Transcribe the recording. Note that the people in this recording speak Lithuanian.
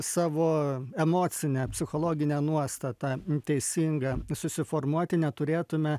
savo emocinę psichologinę nuostatą teisingą susiformuoti neturėtume